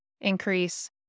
increase